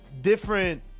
different